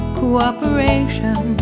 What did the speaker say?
cooperation